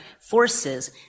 forces